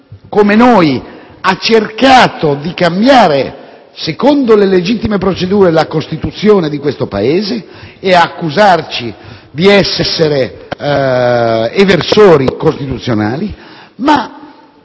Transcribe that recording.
come noi, ha cercato di cambiare, secondo le legittime procedure, la Costituzione di questo Paese e ha continuato ad accusarci di essere eversori costituzionali,